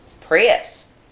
Prius